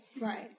right